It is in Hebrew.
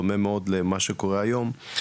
דומה מאוד למה שקורה היום.